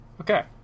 Okay